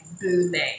booming